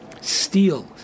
steal